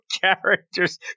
characters